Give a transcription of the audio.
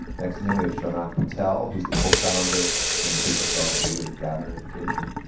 next to him we have shonak patel who is the cofounder and the business development leader at gather education.